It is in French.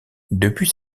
depuis